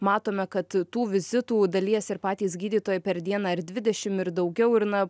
matome kad tų vizitų dalies ir patys gydytojai per dieną ir dvidešim ir daugiau ir na